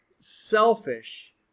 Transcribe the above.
selfish